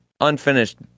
unfinished